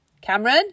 Cameron